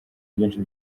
byinshi